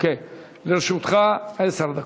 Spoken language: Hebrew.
לרשותך עשר דקות.